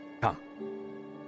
come